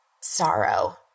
sorrow